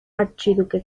archiduque